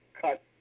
cut